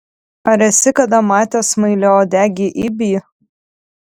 ar esi kada matęs smailiauodegį ibį